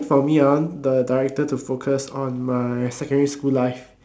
for me I want the director to focus on my secondary school life